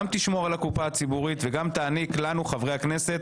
תשמור על הקופה הציבורית וגם תעניק לנו חברי הכנסת